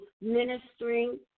ministering